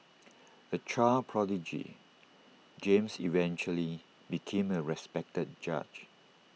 A child prodigy James eventually became A respected judge